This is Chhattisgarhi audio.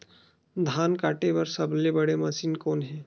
धान काटे बार सबले बने मशीन कोन हे?